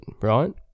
right